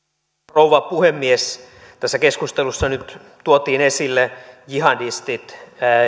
rouva puhemies tässä keskustelussa nyt tuotiin esille jihadistit